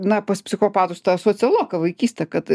na pas psichopatus ta socioloka vaikystė kad